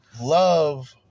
love